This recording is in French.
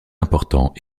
important